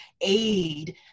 aid